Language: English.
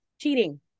cheating